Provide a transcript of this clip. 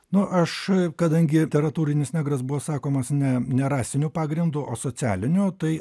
nu aš kadangi literatūrinis negras buvo sakomas ne ne rasiniu pagrindu o socialiniu tai